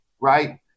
right